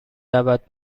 رود